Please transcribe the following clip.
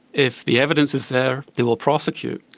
if the evidence is there they will prosecute.